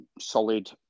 solid